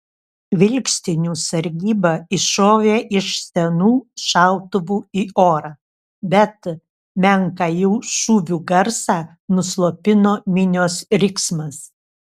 vilkstinių sargyba iššovė iš senų šautuvų į orą bet menką jų šūvių garsą nuslopino minios riksmas